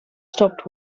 stopped